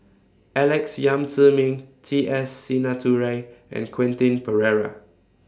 Alex Yam Ziming T S Sinnathuray and Quentin Pereira